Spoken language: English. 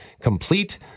complete